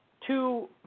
two